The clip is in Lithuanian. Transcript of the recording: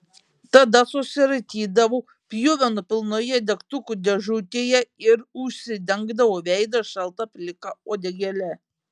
tada susiraitydavau pjuvenų pilnoje degtukų dėžutėje ir užsidengdavau veidą šalta plika uodegėle